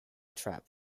trap